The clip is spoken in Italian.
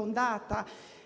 ondata.